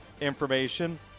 information